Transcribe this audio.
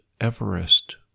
Everest